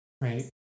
Right